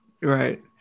Right